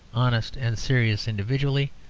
honest, and serious individually,